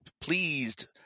pleased